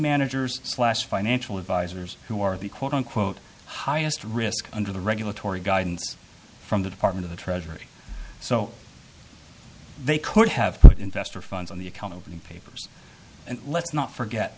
managers slash financial advisors who are the quote unquote highest risk under the regulatory guidance from the department of the treasury so they could have put investor funds in the account over the papers and let's not forget